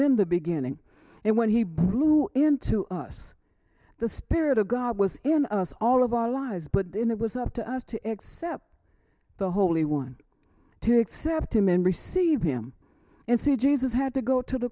in the beginning and when he blew into us the spirit of god was in us all of our lives put in it was up to us to accept the holy one to accept him and receive him and see jesus had to go to the